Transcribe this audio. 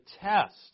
test